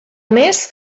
més